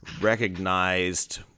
recognized